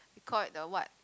call it the what